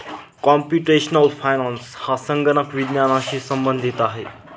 computational finance हा संगणक विज्ञानाशी संबंधित आहे